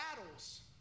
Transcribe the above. battles